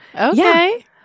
Okay